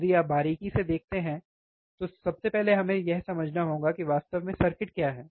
यदि आप बारीकी से देखते हैं तो सबसे पहले हमें यह समझना होगा कि वास्तव में सर्किट क्या है